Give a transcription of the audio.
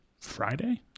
Friday